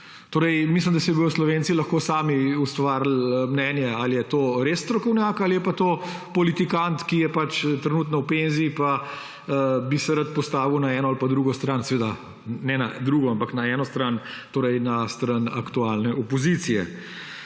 Mislim, da si bodo Slovenci lahko sami ustvarili mnenje, ali je to res strokovnjak ali pa je to politikant, ki je trenutno v penziji pa bi se rad postavil na eno ali pa drugo stran, seveda ne na drugo, ampak na eno stran, torej na stran aktualne opozicije.